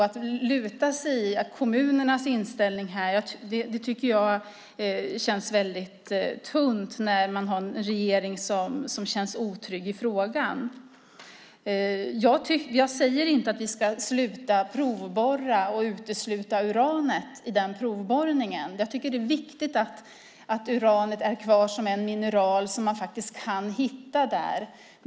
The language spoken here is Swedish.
Att luta sig mot kommunernas inställning här tycker jag känns väldigt tunt när man har en regering som känns otrygg i frågan. Jag säger inte att vi ska sluta provborra och utesluta uranet i den provborrningen. Jag tycker att det är viktigt att uran är ett av de mineraler som man kan hitta där.